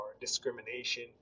discrimination